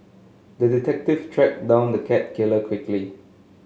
the detective tracked down the cat killer quickly